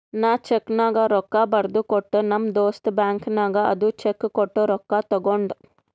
ನಾ ಚೆಕ್ನಾಗ್ ರೊಕ್ಕಾ ಬರ್ದು ಕೊಟ್ಟ ನಮ್ ದೋಸ್ತ ಬ್ಯಾಂಕ್ ನಾಗ್ ಅದು ಚೆಕ್ ಕೊಟ್ಟು ರೊಕ್ಕಾ ತಗೊಂಡ್